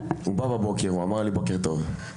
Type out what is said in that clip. הוא בא בבוקר ואמר לי בוקר טוב,